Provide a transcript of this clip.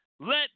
Let